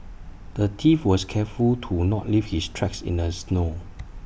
the thief was careful to not leave his tracks in the snow